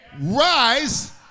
rise